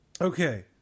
Okay